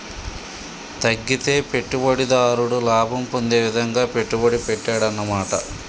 తగ్గితే పెట్టుబడిదారుడు లాభం పొందే విధంగా పెట్టుబడి పెట్టాడన్నమాట